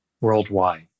worldwide